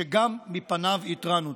שגם מפניו התרענו.